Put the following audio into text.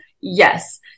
yes